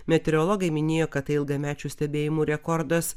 meteorologai minėjo kad tai ilgamečių stebėjimų rekordas